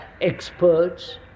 experts